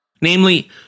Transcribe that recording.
Namely